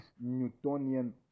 Newtonian